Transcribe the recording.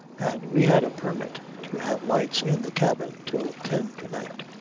and we had a permit to have lights in the cabin till ten to-night.